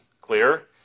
clear